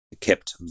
kept